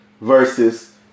versus